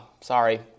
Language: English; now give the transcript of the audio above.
Sorry